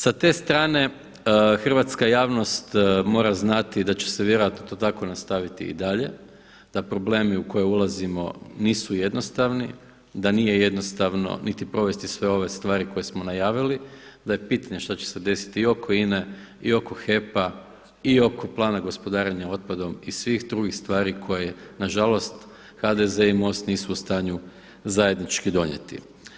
Sa te strane, hrvatska javnost mora znati da će se vjerojatno to tako nastaviti i dalje, da problemi u koje ulazimo nisu jednostavni, da nije jednostavno niti provesti sve ove stvari koje smo najavili, da je pitanje što će se desiti i oko INA-e i oko HEP-a i oko Plana gospodarenja otpadom i svih drugih stvari koje nažalost HDZ i Most nisu u stanju zajednički donijeti.